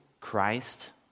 Christ